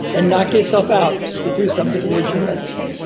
and knock yourself out to do something original in it.